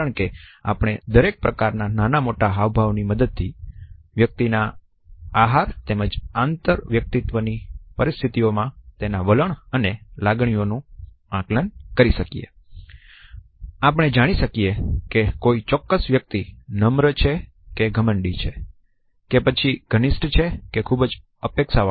કારણ કે આપણે બોડી લેંગ્વેજના નાના અને મોટા હાવભાવ ની મદદ થી વ્યક્તિ ના આહાર તેમજ આંતરવ્યક્તિત્વની પરીસ્થીઓમાં તેના વલણ અને લાગણીઓ નું આકલન કરી શકીએ